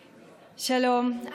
שלום.